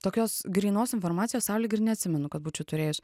tokios grynos informacijos sau lyg ir neatsimenu kad būčiau turėjus